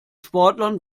sportlern